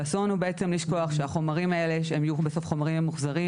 אסור לנו בעצם לשכוח שהחומרים האלה שהם יהיו בסוף חומרים ממוחזרים,